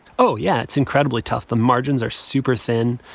oh, yeah. it's incredibly tough. the margins are super thin.